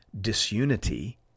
disunity